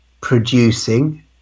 producing